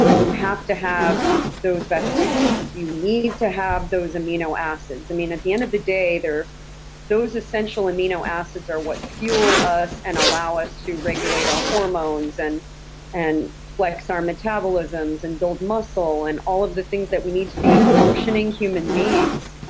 you have to have those vegetables. you need to have those amino acids. i mean, at the end of the day, those essential amino acids are what fuel us and allow us to regulate our hormones and and flex our metabolisms and build muscle and all of the things that we need to be functioning human beings.